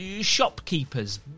shopkeepers